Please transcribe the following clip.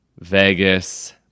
vegas